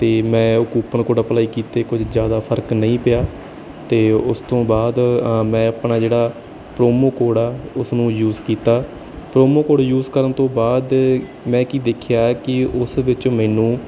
ਅਤੇ ਮੈਂ ਉਹ ਕੁਪਨ ਕੋਡ ਅਪਲਾਈ ਕੀਤੇ ਕੁਝ ਜ਼ਿਆਦਾ ਫਰਕ ਨਹੀਂ ਪਿਆ ਅਤੇ ਉਸ ਤੋਂ ਬਾਅਦ ਅ ਮੈਂ ਆਪਣਾ ਜਿਹੜਾ ਪ੍ਰੋਮੋ ਕੋਡ ਆ ਉਸਨੂੰ ਯੂਜ਼ ਕੀਤਾ ਪ੍ਰੋਮੋ ਕੋਡ ਯੂਜ਼ ਕਰਨ ਤੋਂ ਬਾਅਦ ਮੈਂ ਕੀ ਦੇਖਿਆ ਕਿ ਉਸ ਵਿੱਚੋਂ ਮੈਨੂੰ